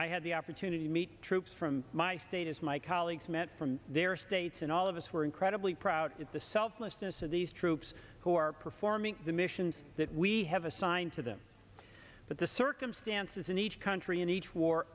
i had the opportunity to meet troops from my state as my colleagues met from their states and all of us were incredibly proud at the selflessness of these troops who are performing the missions that we have assigned to them but the circumstances in each country in each war